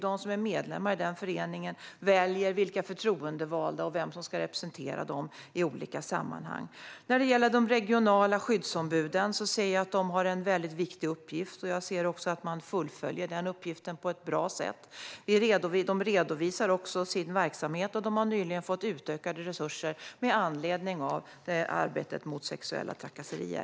De som är medlemmar i den föreningen väljer förtroendevalda och vem som ska representera dem i olika sammanhang. De regionala skyddsombuden har en väldigt viktig uppgift och fullföljer uppgiften på ett bra sätt. De redovisar också sin verksamhet, och de har nyligen fått utökade resurser med anledning av arbetet mot sexuella trakasserier.